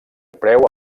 preu